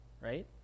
right